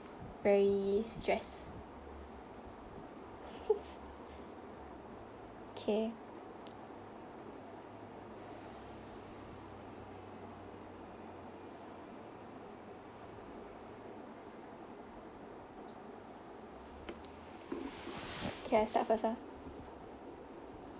very stress okay okay I start first ah